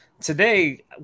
Today